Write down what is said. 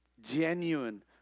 Genuine